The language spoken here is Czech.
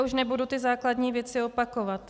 Už nebudu základní věci opakovat.